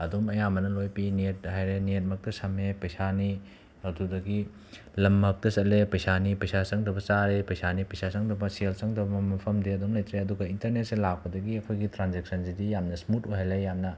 ꯑꯗꯨꯝ ꯑꯌꯥꯝꯕꯅ ꯂꯣꯏꯅ ꯄꯤ ꯅꯦꯠ ꯍꯥꯏꯔꯦ ꯅꯦꯠꯃꯛꯇ ꯁꯝꯃꯦ ꯄꯩꯁꯥꯅꯤ ꯑꯗꯨꯗꯒꯤ ꯂꯝꯃꯛꯇ ꯆꯠꯂꯦ ꯄꯩꯁꯥꯅꯤ ꯄꯩꯁꯥ ꯆꯪꯗꯕ ꯆꯥꯔꯦ ꯄꯩꯁꯥꯅꯤ ꯄꯩꯁꯥ ꯆꯪꯗꯕ ꯁꯦꯜ ꯆꯪꯗꯕ ꯃꯐꯝꯗꯤ ꯑꯗꯨꯝ ꯂꯩꯇ꯭ꯔꯦ ꯑꯗꯨꯒ ꯏꯟꯇꯔꯅꯦꯠꯁꯦ ꯂꯥꯛꯄꯗꯒꯤ ꯑꯩꯈꯣꯏꯒꯤ ꯇ꯭ꯔꯥꯟꯖꯦꯛꯁꯟꯁꯤꯗꯤ ꯌꯥꯝꯅ ꯁ꯭ꯃꯨꯠ ꯑꯣꯏꯍꯜꯂꯦ ꯌꯥꯝꯅ